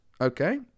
Okay